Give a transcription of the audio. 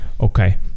okay